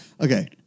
Okay